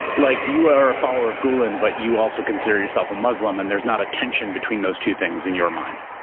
like you are a follower of gulen, but you also consider yourself a muslim and there's not a tension between those two things in your mind.